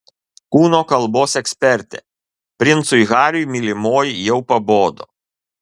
kūno kalbos ekspertė princui hariui mylimoji jau pabodo